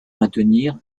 maintenir